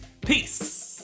Peace